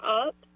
up